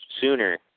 sooner